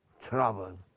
trouble